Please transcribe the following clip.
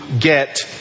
get